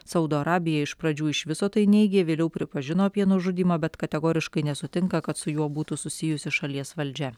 saudo arabija iš pradžių iš viso tai neigė vėliau pripažino apie nužudymą bet kategoriškai nesutinka kad su juo būtų susijusi šalies valdžia